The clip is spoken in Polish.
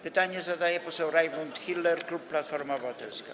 Pytanie zadaje poseł Rajmund Miller, klub Platforma Obywatelska.